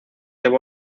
tipos